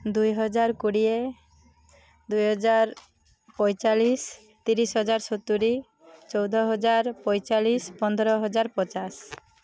ଦୁଇ ହଜାର କୋଡ଼ିଏ ଦୁଇ ହଜାର ପଇଁଚାଳିଶ ତିରିଶ ହଜାର ସତୁୁରୀ ଚଉଦ ହଜାର ପଇଁଚାଳିଶ ପନ୍ଦର ହଜାର ପଚାଶ